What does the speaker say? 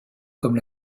comme